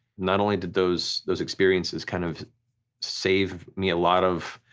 not only did those those experiences kind of save me a lot of